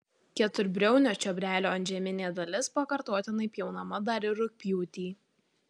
keturbriaunio čiobrelio antžeminė dalis pakartotinai pjaunama dar ir rugpjūtį